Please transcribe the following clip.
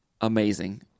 Amazing